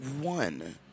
one